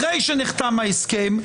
אחרי שנחתם ההסכם,